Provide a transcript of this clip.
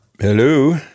Hello